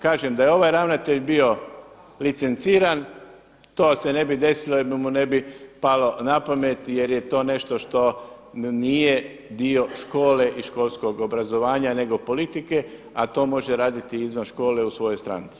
Kažem, da je ovaj ravnatelj bio licenciran to se ne bi desilo jer mu ne bi palo na pamet jer je to nešto što nije dio škole i školskog obrazovanja nego politike a to može raditi izvan škole u svojoj stranci.